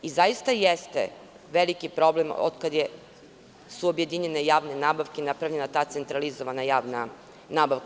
I zaista jeste veliki problem od kada su objedinjene javne nabavke i napravljena ta centralizovana javna nabavka.